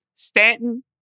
Stanton